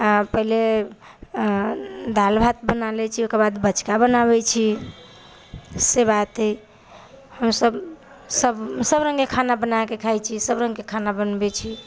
आओर पहिले दालि भात बना लै छी ओकर बाद बचका बनाबै छी से बात अछि हम सभ सभ रङ्गके खाना बनायके खाइ छी सभ रङ्गके खाना बनबै छी